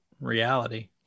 reality